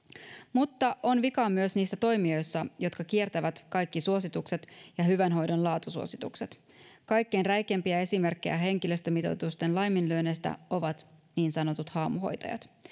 mutta on vikaa myös niissä toimijoissa jotka kiertävät kaikki suositukset ja hyvän hoidon laatusuositukset kaikkein räikeimpiä esimerkkejä henkilöstömitoitusten laiminlyönneistä ovat niin sanotut haamuhoitajat